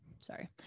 sorry